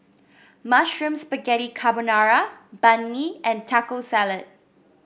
Mushroom Spaghetti Carbonara Banh Mi and Taco Salad